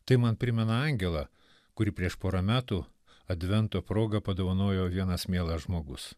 tai man primena angelą kurį prieš porą metų advento proga padovanojo vienas mielas žmogus